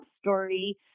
story